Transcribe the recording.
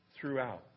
throughout